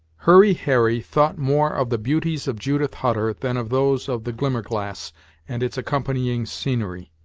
hurry harry thought more of the beauties of judith hutter than of those of the glimmerglass and its accompanying scenery.